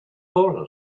for